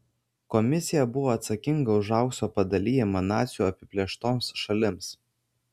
komisija buvo atsakinga už aukso padalijimą nacių apiplėštoms šalims